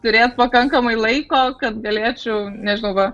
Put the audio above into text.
turėt pakankamai laiko kad galėčiau nežinau va